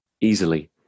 easily